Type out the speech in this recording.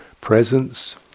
presence